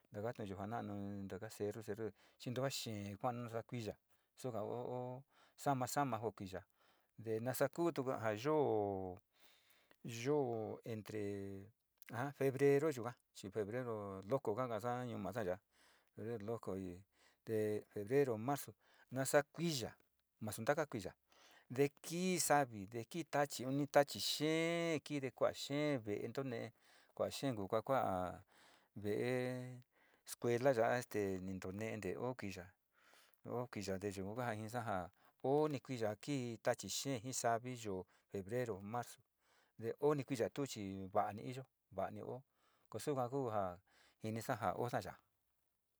Taka tuyuja na'anu, taka cerru, cerru chi ntuva xee kua'a nasa kuiya suka o, o, sama, sama, na jo kuiya, te nasa kutu ja yoo, yoo entre febrero yuka chi febrero loco ka kaasa ñuu masa ya'a, febrero, loco i te febrero, marzo, nasaa kuiya nasu ntaka kuiya te kii savi, te kii tachi chi uni tachi xee ki te kua'a xee ve'e ntu nee, kua'a xee kua, kua'a ve'e escuela ya'a te ni ntune'e te o kuiya, o kuiya te yuka ku jinisa ja o ni kuiya ja kii tachii xee jii savi yoo techio, marzo te o ni kuiya chi va'ani iyo va'ani o suka kujo jinisa ja o sa ya'a.